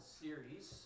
series